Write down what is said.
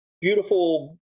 beautiful